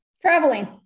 traveling